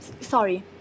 sorry